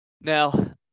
Now